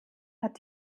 hat